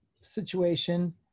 situation